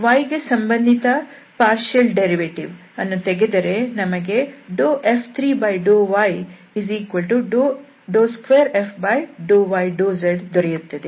y ಸಂಬಂಧಿತ ಭಾಗಶಃ ಉತ್ಪನ್ನ ವನ್ನು ತೆಗೆದರೆ ನಮಗೆF3∂y2f∂y∂z ದೊರೆಯುತ್ತದೆ